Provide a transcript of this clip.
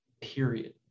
period